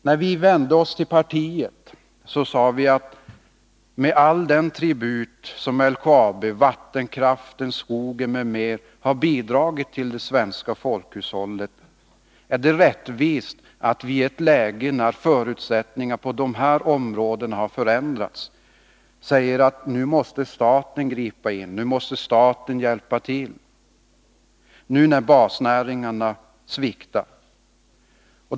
När vi vände oss till partiet påminde vi om den tribut som LKAB, vattenkraften, skogen m.m., gett det svenska folkhushållet och framhöll att det är rättvist att vi i ett läge när förutsättningarna på detta område har förändrats och basnäringarna sviktar får hjälp av staten.